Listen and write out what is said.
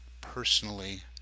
personally